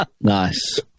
Nice